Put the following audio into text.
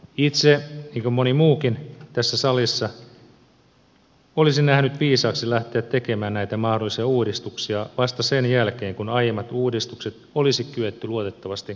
itse niin kuin moni muukin tässä salissa olisin nähnyt viisaaksi lähteä tekemään näitä mahdollisia uudistuksia vasta sen jälkeen kun aiemmat uudistukset olisi kyetty luotettavasti arvioimaan